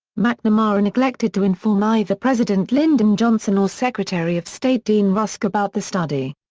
mcnamara neglected to inform either president lyndon johnson or secretary of state dean rusk about the study.